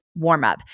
warmup